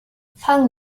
fang